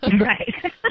Right